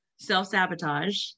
self-sabotage